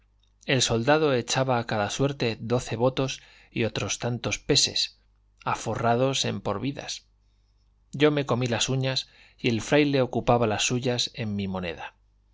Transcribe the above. el soldado echaba a cada suerte doce votos y otros tantos peses aforrados en por vidas yo me comí las uñas y el fraile ocupaba las suyas en mi moneda